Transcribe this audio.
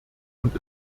und